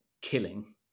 killing